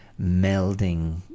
melding